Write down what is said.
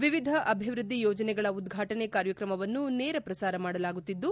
ವಿವಿಧ ಅಭಿವೃದ್ಧಿ ಯೋಜನೆಗಳ ಉದ್ಘಾಟನೆ ಕಾರ್ಯಕ್ರಮವನ್ನು ನೇರ ಪ್ರಸಾರ ಮಾಡಲಾಗುತ್ತಿದ್ದು